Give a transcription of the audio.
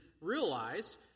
realize